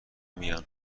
میان